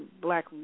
black